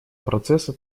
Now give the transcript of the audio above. процесса